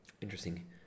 Interesting